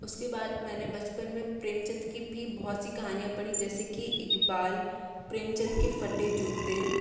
उसके बाद मैंने बचपन में प्रेमचंद की भी बहुत सी कहानियाँ पढ़ी जैसे कि इकबाल प्रेमचंद के फटे जूते